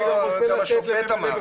גם השופט אמר.